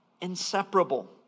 inseparable